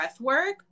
breathwork